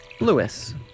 Lewis